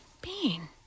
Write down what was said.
Bean